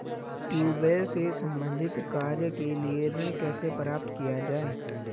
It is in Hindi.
ट्यूबेल से संबंधित कार्य के लिए ऋण कैसे प्राप्त किया जाए?